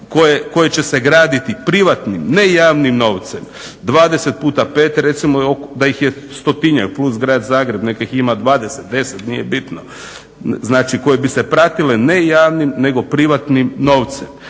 koje će se graditi privatnim ne javnim novcem. 20 puta 5 recimo da ih je stotinjak plus grad Zagreb nek' ih ima 20, 10, nije bitno. Znači koje bi se pratile ne javnim, nego privatnim novcem.